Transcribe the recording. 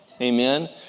Amen